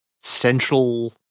central